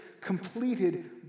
completed